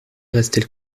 restait